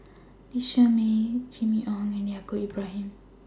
Lee Shermay Jimmy Ong and Yaacob Ibrahim